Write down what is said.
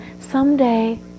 someday